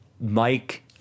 Mike